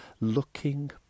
looking